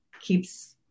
keeps